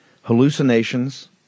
Hallucinations